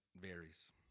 varies